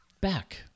back